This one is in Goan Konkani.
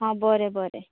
हां बरें बरें